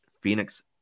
Phoenix